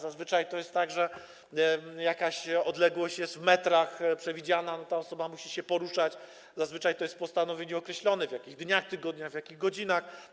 Zazwyczaj to jest tak, że jakaś odległość w metrach jest przewidziana, ta osoba musi się poruszać, zazwyczaj to jest w postanowieniu określone, w jakich dniach tygodnia, w jakich godzinach.